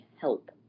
help